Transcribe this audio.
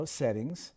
settings